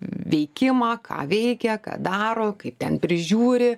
veikimą ką veikia ką daro kaip ten prižiūri